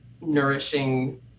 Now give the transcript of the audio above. nourishing